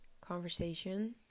conversation